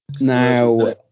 Now